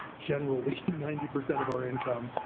generally, ninety percent of our income.